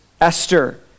Esther